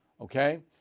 okay